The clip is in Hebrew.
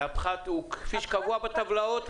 והפחת הוא מה שקבוע בטבלאות,